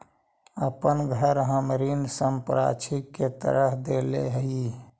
अपन घर हम ऋण संपार्श्विक के तरह देले ही